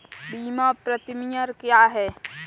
बीमा प्रीमियम क्या है?